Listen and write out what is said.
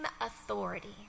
authority